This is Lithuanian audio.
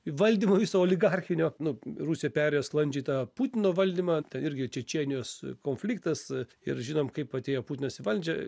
valdymo viso oligarchinio nu rusija perėjo sklandžiai tą putino valdymą ten irgi čečėnijos konfliktas ir žinom kaip atėjo putinas į valdžią